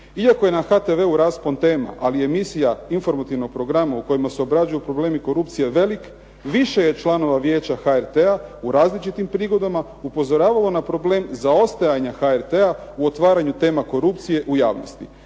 iako je na HTV-u raspon tema, ali emisija informativnog programa u kojima se obrađuju problemi korupcije je velik, više je članova Vijeća HRT-a u različitim prigodama upozoravalo na problem zaostajanja HRT-a u otvaranju tema korupcije u javnosti